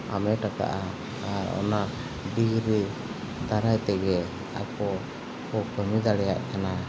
ᱦᱟᱢᱮᱴ ᱟᱠᱟᱜᱼᱟ ᱟᱨ ᱚᱱᱟ ᱰᱤᱜᱽᱨᱤ ᱫᱟᱨᱟᱭ ᱛᱮᱜᱮ ᱟᱠᱚ ᱠᱚ ᱠᱟᱹᱢᱤ ᱫᱟᱲᱮᱭᱟᱜ ᱠᱟᱱᱟ